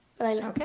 Okay